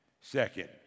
second